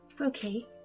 Okay